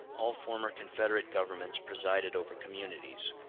all former confederate governments presided over communities,